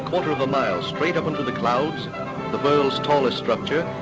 quarter of a mile straight up into the clouds, the world's tallest structure,